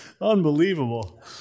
Unbelievable